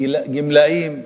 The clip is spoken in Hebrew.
גמלאים וצעירים.